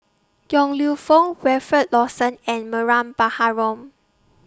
Yong Lew Foong Wilfed Lawson and Mariam Baharom